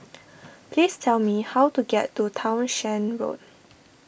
please tell me how to get to Townshend Road